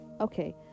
okay